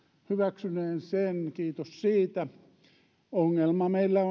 hyväksyneen sen kiitos siitä ongelmana meillä